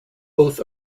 both